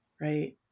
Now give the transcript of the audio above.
right